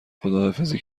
خداحافظی